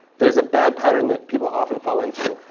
there's a bad pattern that people often fall into.